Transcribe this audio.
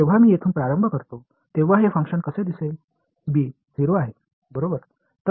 जेव्हा मी येथून प्रारंभ करतो तेव्हा हे फंक्शन कसे दिसेल b 0 आहे बरोबर